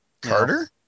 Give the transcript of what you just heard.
Carter